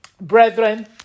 Brethren